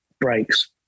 breaks